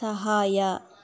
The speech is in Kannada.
ಸಹಾಯ